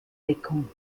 deckung